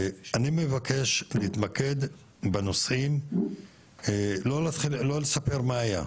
אני מבקש להתמקד בנושאים, לא לספר מה היה,